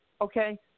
okay